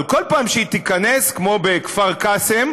אבל כל פעם שהיא תיכנס, כמו בכפר קאסם,